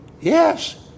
Yes